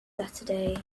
saturday